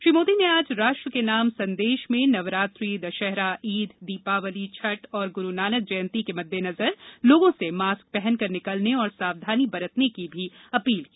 श्री मोदी ने आज राष्ट्र के नाम संदेश में नवरात्रि दशहरा ईद दीपावली छठ और गुरुनानक जयंती के मद्देनजर लोगों से मास्क पहनकर निकलने और सावधानी बरतने की भी अपील की